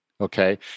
okay